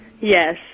Yes